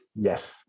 Yes